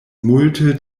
multe